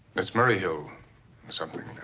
it's murray hill something.